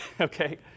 okay